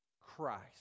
Christ